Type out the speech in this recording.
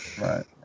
Right